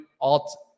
alt